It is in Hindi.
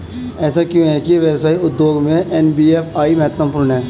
ऐसा क्यों है कि व्यवसाय उद्योग में एन.बी.एफ.आई महत्वपूर्ण है?